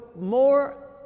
more